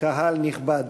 קהל נכבד,